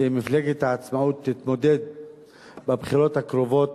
שמפלגת העצמאות תתמודד בבחירות הקרובות